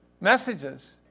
messages